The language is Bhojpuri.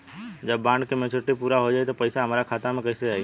जब बॉन्ड के मेचूरिटि पूरा हो जायी त पईसा हमरा खाता मे कैसे आई?